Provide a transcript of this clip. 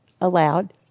aloud